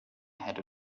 ahead